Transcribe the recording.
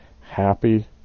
happy